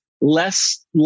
less